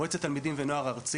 מועצת התלמידים והנוער הארצית,